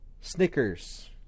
snickers